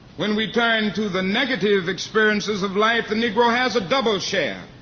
when we turn to the negative experiences of life, the negro has a double share